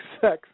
sex